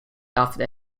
after